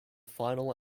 final